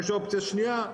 יש אופציה שנייה,